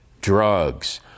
drugs